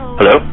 Hello